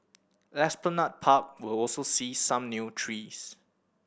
Esplanade Park will also see some new trees